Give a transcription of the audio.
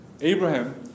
Abraham